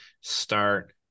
start